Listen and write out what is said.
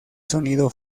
sonido